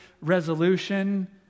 resolution